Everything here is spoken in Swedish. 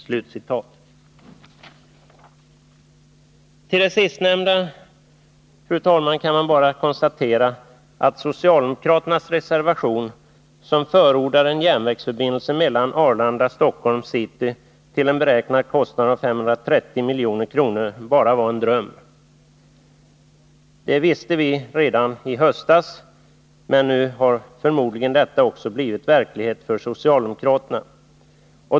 Med anledning av det sistnämnda, fru talman, kan man konstatera att socialdemokraternas reservation, som förordade en järnvägsförbindelse mellan Arlanda och Stockholms city till en beräknad kostnad av 530 milj.kr., bara var en dröm. Detta visste vi redan i höstas, men nu har det förmodligen blivit klart även för socialdemokraterna.